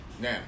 Now